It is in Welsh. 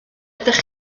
ydych